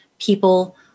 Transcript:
people